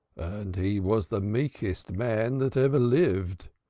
and he was the meekest man that ever lived,